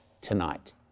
tonight